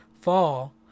fall